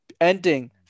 ending